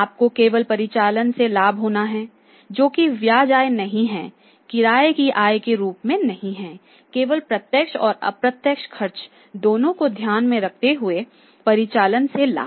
आपको केवल परिचालन से लाभ लेना है जो कि ब्याज आय नहीं है किराए की आय के रूप में नहीं है केवल प्रत्यक्ष और अप्रत्यक्ष खर्च दोनों को ध्यान में रखते हुए परिचालन से लाभ